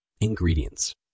Ingredients